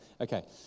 okay